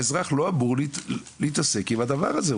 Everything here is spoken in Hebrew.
האזרח, הוא לא אמור להתעסק עם הדבר הזה.